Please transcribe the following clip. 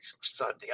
sunday